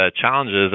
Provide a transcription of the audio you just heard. challenges